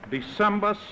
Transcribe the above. December